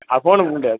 ஆ ஃபோனில் கூப்பிடு